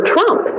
Trump